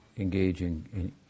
engaging